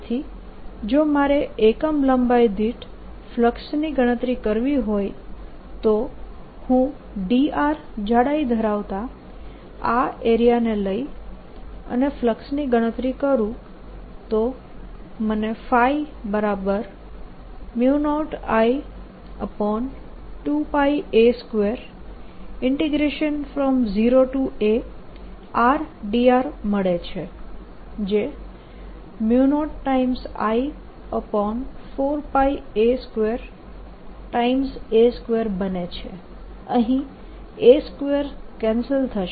તેથી જો મારે એકમ લંબાઈ દીઠ ફ્લક્સની ગણતરી કરવી હોય તો હું dr જાડાઇ ધરાવતા આ એરિયાને લઈ અને ફલક્સની ગણતરી કરું તો મને ϕ0I2πa20ardr મળે છે જે 0I4πa2a2 બને છે અહીં a2 કેન્સલ થશે